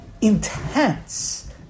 intense